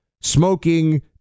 smoking